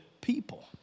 people